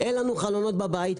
אין לנו חלונות בבית,